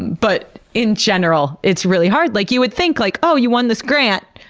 but in general, it's really hard. like you would think, like oh, you won this grant,